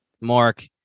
Mark